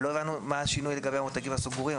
לא הבנו מה השינוי לגבי המותגים הסגורים.